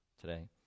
today